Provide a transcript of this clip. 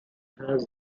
has